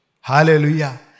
Hallelujah